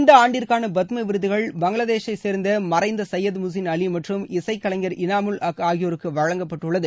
இந்த ஆண்டிற்கான பத்ம விருதுகள் பங்களாதேசை சேர்ந்த மறைந்த சையத் முசின் அவி மற்றும் இசைக் கலைஞர் இனாமுல் அக் ஆகியோருக்கு வழங்கப்பட்டுள்ளது